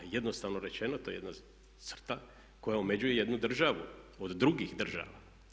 Pa jednostavno rečeno to jedna crta koja omeđuje jednu državu od drugih država.